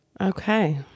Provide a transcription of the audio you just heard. Okay